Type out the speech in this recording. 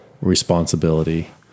responsibility